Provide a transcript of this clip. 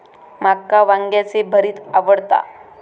माका वांग्याचे भरीत आवडता